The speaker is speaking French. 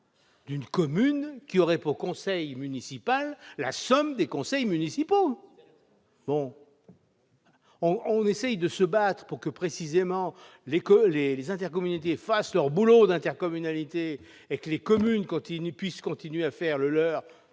d'une commune qui aurait pour conseil municipal la somme des conseils municipaux ! On essaye de se battre pour que les intercommunalités fassent leur boulot d'intercommunalité et que les communes puissent continuer à faire leur